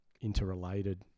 interrelated